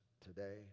today